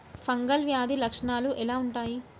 Fungal వ్యాధి లక్షనాలు ఎలా వుంటాయి?